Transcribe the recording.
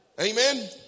Amen